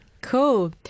Cool